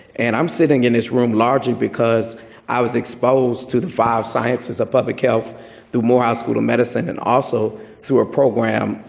and i'm sitting in this room largely because i was exposed to the five sciences of public health through morehouse school of medicine, and also through a program,